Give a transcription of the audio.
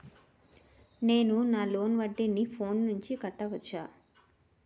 నేను నా లోన్ వడ్డీని ఫోన్ నుంచి కట్టవచ్చా?